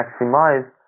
maximize